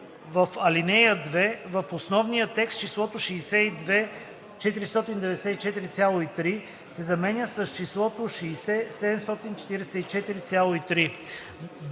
В алинея 2: а) В основния текст числото „62 494,3” се заменя с числото „60 744,3”.